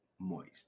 moist